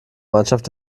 mannschaft